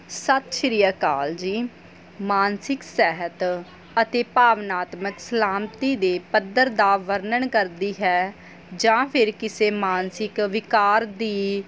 ਸਤਿ ਸ਼੍ਰੀ ਅਕਾਲ ਜੀ ਮਾਨਸਿਕ ਸਿਹਤ ਅਤੇ ਭਾਵਨਾਤਮਕ ਸਲਾਮਤੀ ਦੇ ਪੱਧਰ ਦਾ ਵਰਣਨ ਕਰਦੀ ਹੈ ਜਾਂ ਫਿਰ ਕਿਸੇ ਮਾਨਸਿਕ ਵਿਕਾਰ ਦੀ